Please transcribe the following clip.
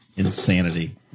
insanity